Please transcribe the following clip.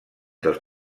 dels